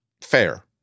Fair